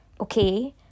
okay